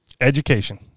Education